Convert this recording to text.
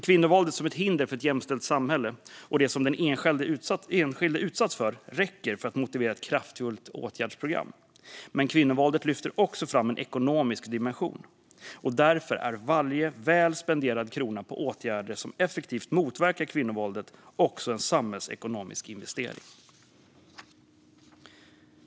Kvinnovåldet som hinder för ett jämställt samhälle och det som den enskilde utsätts för räcker för att motivera ett kraftfullt åtgärdsprogram, men kvinnovåldet lyfter också fram en ekonomisk dimension. Därför är varje väl spenderad krona på åtgärder som effektivt motverkar kvinnovåldet också en samhällsekonomisk investering.